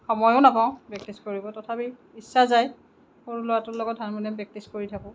সময়ো নাপাওঁ প্ৰেক্টিচ কৰিব তথাপি ইচ্ছা যায় সৰু ল'ৰাটোৰ লগত হাৰমনিয়াম প্ৰেক্টিচ কৰি থাকোঁ